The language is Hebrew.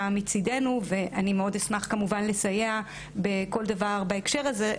מצידנו ואני מאוד אשמח כמובן לסייע בכל דבר בהקשר הזה,